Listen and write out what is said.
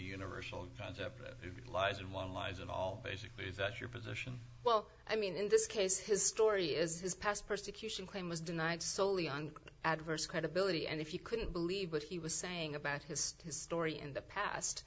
universal concept that lies and one lies and all basically that your position well i mean in this case his story is his past persecution claim was denied soley on adverse credibility and if you couldn't believe what he was saying about his story in the past